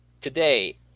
today